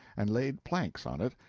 and laid planks on it,